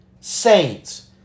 saints